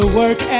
work